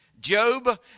Job